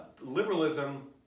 liberalism